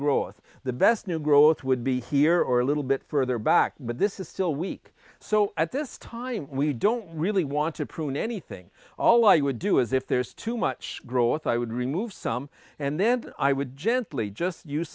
growth the best new growth would be here or a little bit further back but this is still weak so at this time we don't really want to prune anything all you would do is if there's too much growth i would remove some and then i would gently just use